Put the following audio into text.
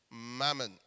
mammon